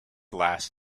last